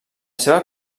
seva